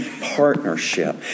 partnership